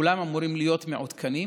כולם אמורים להיות מעודכנים,